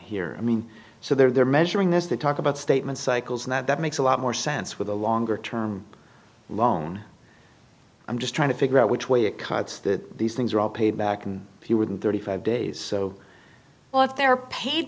here i mean so they're measuring this they talk about statements cycles and that makes a lot more sense with a longer term loan i'm just trying to figure out which way it cuts that these things are all paid back and if you wouldn't thirty five days so well if they're paid